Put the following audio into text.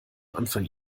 anfang